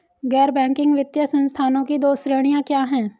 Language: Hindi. गैर बैंकिंग वित्तीय संस्थानों की दो श्रेणियाँ क्या हैं?